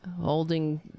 holding